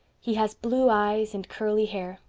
he has blue eyes and curly hair.